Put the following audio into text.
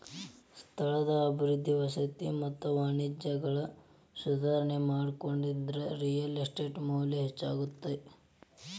ಸ್ಥಳದ ಅಭಿವೃದ್ಧಿ ವಸತಿ ಮತ್ತ ವಾಣಿಜ್ಯದೊಳಗ ಸುಧಾರಣಿ ಮಾಡೋದ್ರಿಂದ ರಿಯಲ್ ಎಸ್ಟೇಟ್ ಮೌಲ್ಯ ಹೆಚ್ಚಾಗತ್ತ